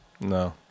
No